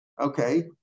okay